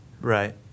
Right